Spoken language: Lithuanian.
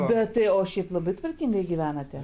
bet tai o šiaip labai tvarkingai gyvenate